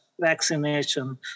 vaccination